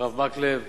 הרב מקלב,